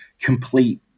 complete